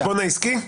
בחשבון העסקי?